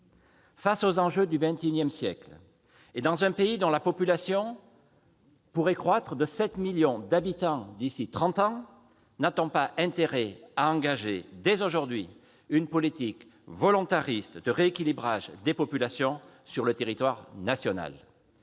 face aux enjeux du XXI siècle et dans un pays dont la population pourrait croître de 7 millions d'habitants d'ici à trente ans, n'avons-nous pas intérêt à engager dès aujourd'hui une politique volontariste de rééquilibrage des populations sur le territoire national ?